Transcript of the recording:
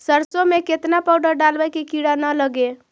सरसों में केतना पाउडर डालबइ कि किड़ा न लगे?